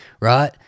right